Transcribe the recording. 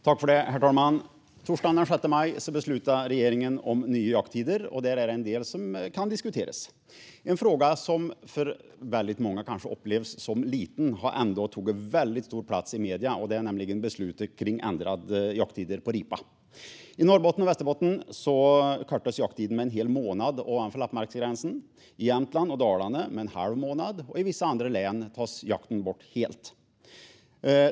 Herr talman! Torsdagen den 6 maj beslutade regeringen om nya jakttider. I det beslutet finns en del som kan diskuteras. En fråga som för väldigt många kanske upplevs som liten har ändå tagit väldigt stor plats i medierna, nämligen beslutet om ändrade jakttider på ripa. I Norrbotten och Västerbotten förkortas jakttiden med en hel månad ovanför lappmarksgränsen. I Jämtland och Dalarna förkortas den med en halv månad. I vissa andra län tas jakten bort helt.